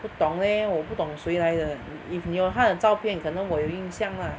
不懂 leh 我不懂谁来的 if 你有她的照片可能我有印象 lah